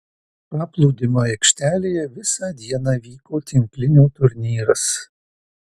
paplūdimio aikštelėje visą dieną vyko tinklinio turnyras